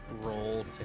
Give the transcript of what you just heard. Roll